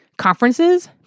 conferences